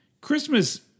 Christmas